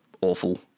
awful